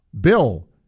Bill